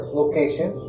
location